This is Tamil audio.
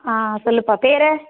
ஆ சொல்லுப்பா பேர்